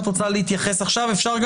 המרכזי בכל מה שקשור בהתנהלות של נבחרי